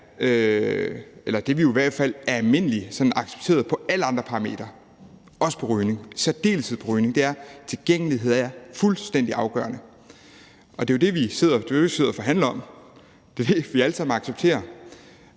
eller det, der i hvert fald er almindeligt accepteret på alle andre parametre, også på rygning og i særdeleshed på rygning, er, at tilgængelighed er fuldstændig afgørende, og det er jo det, vi sidder og forhandler om. Det er det, vi alle sammen accepterer,